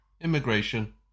Immigration